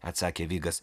atsakė vigas